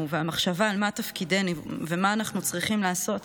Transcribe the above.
והמחשבה מה תפקידנו ומה אנחנו צריכים לעשות,